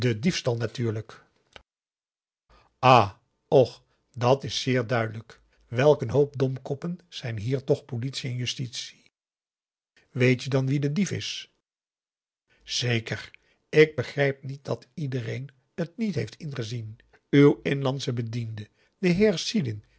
maurits ah och dat is zeer duidelijk welk een hoop domkoppen zijn hier toch politie en justitie weet je dan wie de dief is zeker ik begrijp niet dat iedereen t niet heeft ingezien uw inlandsche bediende de